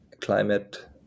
climate